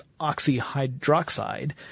oxyhydroxide